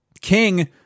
King